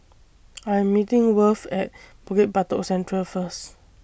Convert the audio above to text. I Am meeting Worth At Bukit Batok Central First